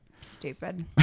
Stupid